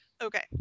Okay